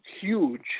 huge